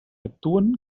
actuen